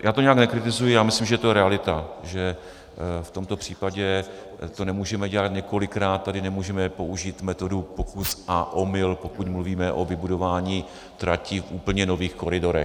Já to nějak nekritizuji, myslím, že to je realita, že v tomto případě to nemůžeme dělat několikrát, tady nemůžeme použít metodu pokus a omyl, pokud mluvíme o vybudování trati v úplně nových koridorech.